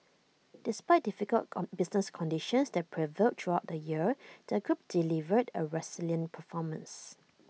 despite difficult business conditions that prevailed throughout the year the group delivered A resilient performance